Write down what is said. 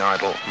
Idol